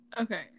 Okay